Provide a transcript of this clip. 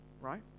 right